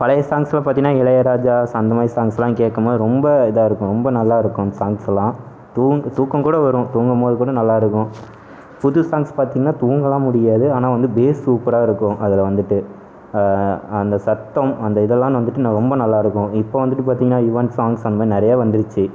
பழைய சாங்க்ஸ்சில் பார்த்தீங்னா இளையராஜா அந்தமாதிரி சாங்க்ஸெல்லாம் கேட்கும்போது ரொம்ப இதாக இருக்கும் ரொம்ப நல்லா இருக்கும் சாங்க்ஸெல்லாம் தூங் தூக்கம்கூட வரும் தூங்கும்போதுகூட நல்லா இருக்கும் புது சாங்க்ஸ் பார்த்தீங்னா தூங்கமெல்லாம் முடியாது ஆனால் வந்து பேஸ் சூப்பராக இருக்கும் அதில் வந்துட்டு அந்த சத்தம் அந்த இதெல்லாம் வந்துட்டு ரொம்ப நல்லா இருக்கும் இப்போ வந்துட்டு பார்த்தீங்கனா யுவன் சாங்க்ஸ் நிறைய வந்திருச்சு